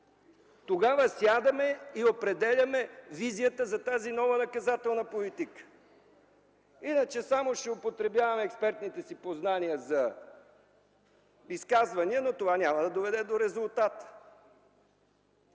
Тогава сядаме и определяме визията за тази нова наказателна политика. Иначе само ще употребяваме експертните си познания за изказвания, но това няма да доведе до резултат.